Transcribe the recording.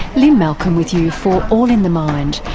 lynne malcolm with you for all in the mind,